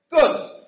Good